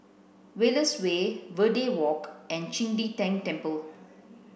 Wallace Way Verde Walk and Qing De Tang Temple